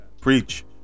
preach